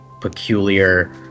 peculiar